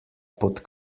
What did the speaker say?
pod